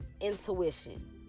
intuition